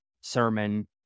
sermon